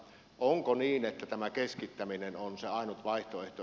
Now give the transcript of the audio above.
onko niin että tämä keskittäminen on se ainut vaihtoehto